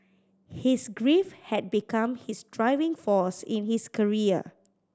his grief had become his driving force in his career